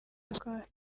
ruswa